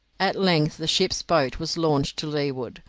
at length the ship's boat was launched to leeward,